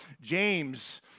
James